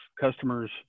customers